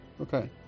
Okay